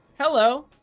Hello